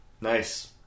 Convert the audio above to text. Nice